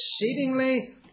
exceedingly